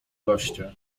goście